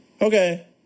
Okay